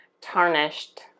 tarnished